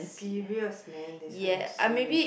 serious man that's why I'm serious